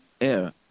air